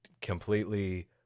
completely